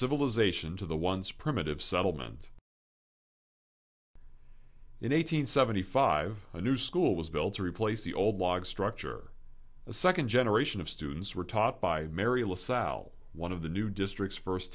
civilization to the once primitive settlement in eight hundred seventy five a new school was built to replace the old log structure a second generation of students were taught by mary lasalle one of the new district's first